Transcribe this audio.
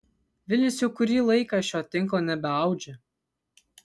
vilnius jau kurį laiką šio tinklo nebeaudžia